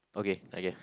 okay okay